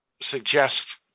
suggest